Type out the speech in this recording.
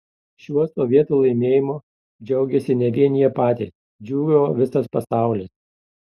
šiuo sovietų laimėjimu džiaugėsi ne vien jie patys džiūgavo visas pasaulis